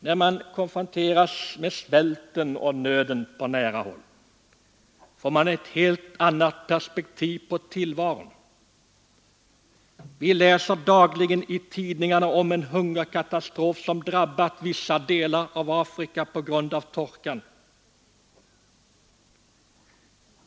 När man konfronteras med svälten och nöden på nära håll får man ett helt annat perspektiv på tillvaron. Vi läser dagligen i tidningarna om en hungerkatastrof som drabbat vissa delar av Afrika på grund av torkan.